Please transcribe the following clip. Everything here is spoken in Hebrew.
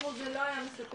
הם אמרו זה לא היה מספק,